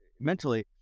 mentally